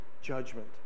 judgment